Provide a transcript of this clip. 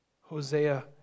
Hosea